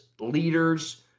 leaders